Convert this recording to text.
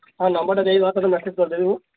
ହଁ ନମ୍ବର୍ଟା ଦେଇଦିଅ ତୋତେ ମେସେଜ୍ କରିଦେବି ମୁଁ